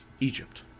Egypt